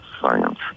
science